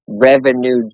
revenue